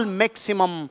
maximum